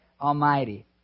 almighty